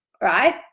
Right